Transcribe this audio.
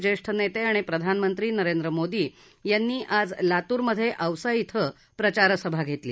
ज्येष्ठ नेते आणि प्रधानमंत्री नरेंद्र मोदी यांनी आज लातूर मध्ये औसा इथं प्रचारसभा घेतली